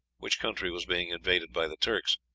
which country was being invaded by the turks.